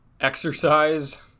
exercise